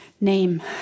name